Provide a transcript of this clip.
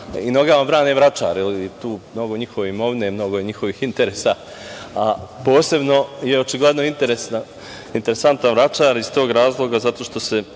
i nogama brane Vračar, jer je tu mnogo njihove imovine, mnogo njihovih interesa, a posebno je očigledno interesantan Vračar iz tog razloga, zato što se